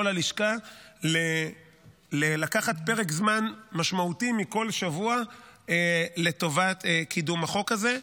הלשכה לקחת פרק זמן משמעותי מכל שבוע לטובת קידום החוק הזה.